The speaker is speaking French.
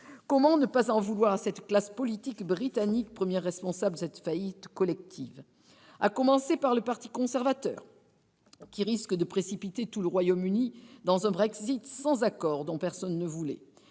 Comment ne pas en vouloir à cette classe politique britannique, première responsable de cette faillite collective, à commencer par le parti conservateur, qui risque de précipiter tout le Royaume-Uni dans un Brexit sans accord dont personne ne voulait